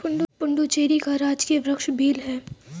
पुडुचेरी का राजकीय वृक्ष बेल है